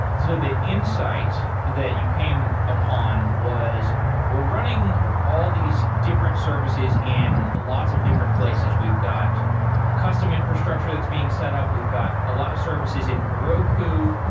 so the insight that you came upon was we're running all these different services in lots of different places. we've got custom infrastructure that's being set up. we've got a lot of services in heroku.